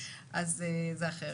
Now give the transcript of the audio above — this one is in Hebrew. זה אחרת.